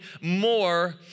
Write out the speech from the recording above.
more